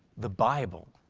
the bible.